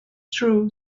true